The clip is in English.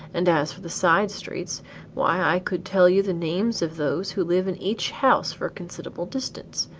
and as for the side streets why i could tell you the names of those who live in each house for a considerable distance.